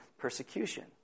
Persecution